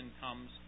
comes